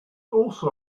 also